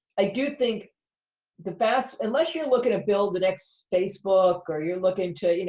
i do think the vast, unless you're looking to build the next facebook, or you're looking to, you know